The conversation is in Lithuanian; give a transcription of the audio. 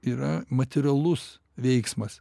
yra materialus veiksmas